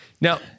Now